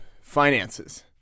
finances